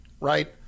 right